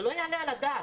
זה לא יעלה על הדעת.